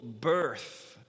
birth